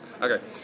Okay